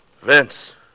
Vince